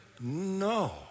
no